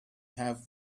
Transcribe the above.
have